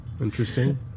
interesting